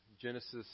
Genesis